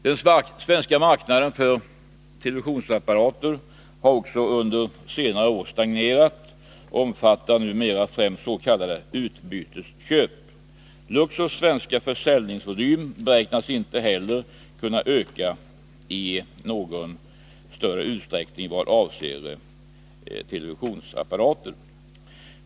Den svenska marknaden för televisionsapparater har också under senare år stagnerat och omfattar numera främst s.k. utbytesköp. Luxors svenska försäljningsvolym beräknas inte heller kunna ökas i någon större utsträckning vad avser televisionsapparater.